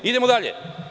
Idemo dalje.